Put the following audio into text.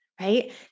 right